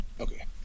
Okay